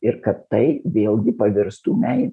ir kad tai vėlgi pavirstų meile